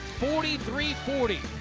forty three forty.